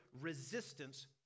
resistance